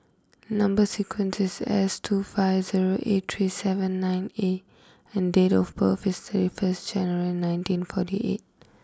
number is S two five zero eight three seven nine A and date of birth is thirty first January nineteen forty eight